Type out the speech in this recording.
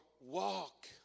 walk